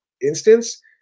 instance